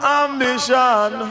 ambition